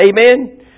amen